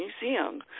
Museum